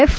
F